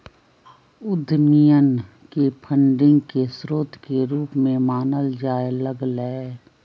उद्यमियन के फंडिंग के स्रोत के रूप में मानल जाय लग लय